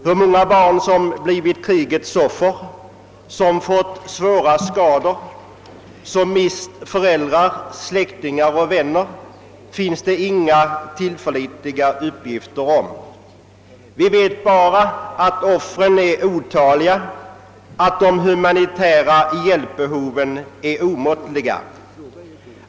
Hur många barn som blivit krigets offer, som fått svåra skador, som mist föräldrar, släktingar och vänner finns det inga tillförlitliga uppgifter om. Vi vet bara att offren är otaliga och att de humanitära hjälpbehoven är omätliga.